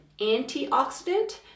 antioxidant